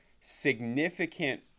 significant